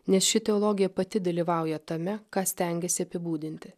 nes ši teologija pati dalyvauja tame ką stengiasi apibūdinti